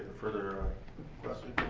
further question